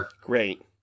Great